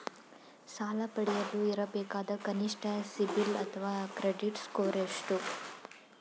ಸಾಲ ಪಡೆಯಲು ಇರಬೇಕಾದ ಕನಿಷ್ಠ ಸಿಬಿಲ್ ಅಥವಾ ಕ್ರೆಡಿಟ್ ಸ್ಕೋರ್ ಎಷ್ಟು?